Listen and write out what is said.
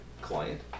client